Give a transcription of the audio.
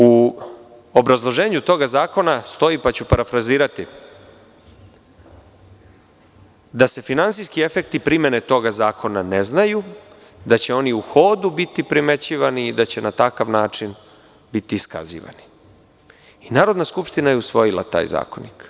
U obrazloženju toga zakona stoji, pa ću parafrazirati, da se finansijski efekti primene toga zakona ne znaju, da će oni u hodu biti primećivani i da će na takav način biti iskazivani i Narodna skupština je usvojila taj zakonik.